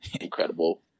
incredible